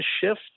shift